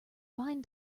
fine